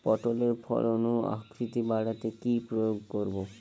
পটলের ফলন ও আকৃতি বাড়াতে কি প্রয়োগ করব?